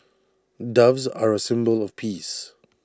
doves are A symbol of peace